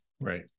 right